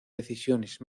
decisiones